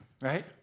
right